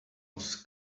was